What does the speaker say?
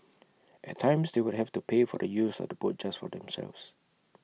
at times they would have to pay for the use of the boat just for themselves